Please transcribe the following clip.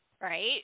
right